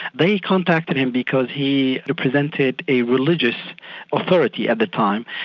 they contacted him because he represented a religious authority at the time,